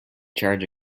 charge